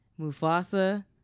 Mufasa